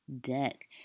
deck